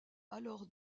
alors